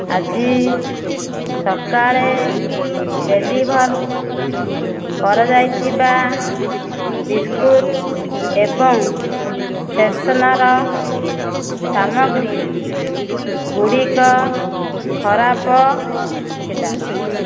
ଆଜି ସକାଳେ ଡେଲିଭର୍ କରାଯାଇଥିବା ବିସ୍କୁଟ୍ ଏବଂ ଫ୍ରେଶନର୍ ସାମଗ୍ରୀ ଗୁଡ଼ିକ ଖରାପ ଥିଲା